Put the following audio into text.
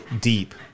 deep